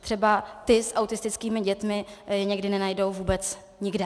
Třeba ty s autistickými dětmi někdy nenajdou vůbec nikde.